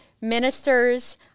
ministers